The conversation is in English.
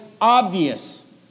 obvious